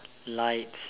lights